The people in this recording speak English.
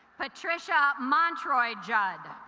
patricia montreux judd